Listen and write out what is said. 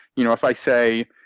you know if i say,